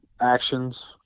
actions